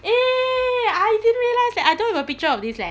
eh I didn't realise that I don't have a picture of this leh